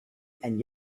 and